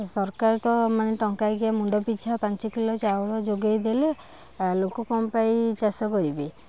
ସରକାର ତ ମାନେ ଟଙ୍କାକିଆ ମୁଣ୍ଡ ପିଛା ପାଞ୍ଚ କିଲୋ ଚାଉଳ ଯୋଗାଇ ଦେଲେ ଲୋକ କ'ଣ ପାଇଁ ଚାଷ କରିବେ